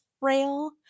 rail